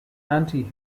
anti